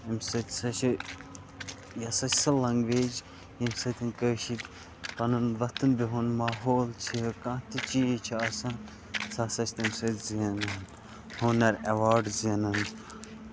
ییٚمہِ سۭتۍ ہسا چھُ یہِ ہسا چھِ سۄ لینگویج ییٚمہِ سۭتۍ کٲشِر پَنُن وۄتھُن بِہُن ماحول چھُ کانہہ تہِ چیٖز چھُ آسان سُہ ہسا چھُ تَمہِ سۭتۍ زینان اونر ایواڈٔس زینان